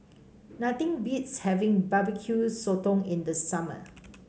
nothing beats having Barbecue Sotong in the summer